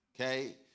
okay